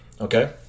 Okay